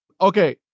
Okay